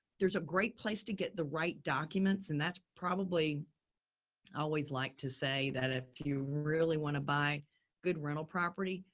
there's a great place to get the right documents and that's probably, i always like to say that if you really want to buy good rental property,